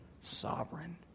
sovereign